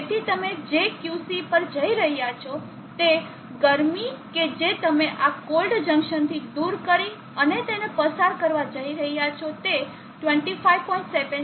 તેથી તમે જે QC પર જઇ રહ્યા છો તે ગરમી કે જે તમે આ કોલ્ડ જંકશન થી દૂર કરી અને તેને પસાર કરવા જઇ રહ્યા છો તે 25